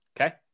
Okay